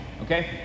okay